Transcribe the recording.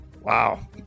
Wow